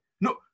No